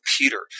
Peter